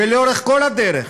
ולאורך כל הדרך